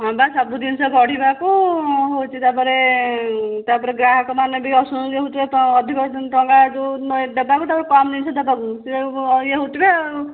ହଁ ବା ସବୁ ଜିନିଷ ବଢ଼ିବାକୁ ହେଉଛି ତାପରେ ତାପରେ ଗ୍ରାହକମାନେ ବି ଅସନ୍ତୁଷ୍ଟ ହେଉଥିବାରୁ ଅଧିକ ଟଙ୍କା ଯୋଉ ଦେବାକୁ ତାକୁ କମ୍ ଜିନିଷ ଦେବାକୁ ସିଏ ଇଏ ହଉ ଥିବେ